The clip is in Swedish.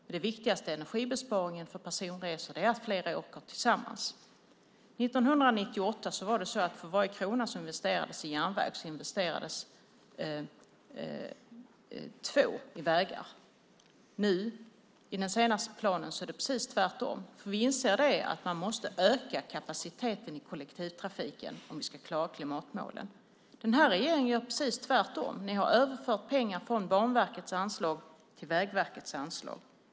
Men den viktigaste energibesparingen för personresor är att fler åker tillsammans. För varje krona som investerades i järnväg 1998 investerades 2 kronor i vägar. Enligt den senaste planen är det precis tvärtom. Vi inser att man måste öka kapaciteten i kollektivtrafiken om vi ska klara klimatmålen. Den här regeringen gör precis tvärtom. Ni har överfört pengar från Banverkets anslag till Vägverkets anslag.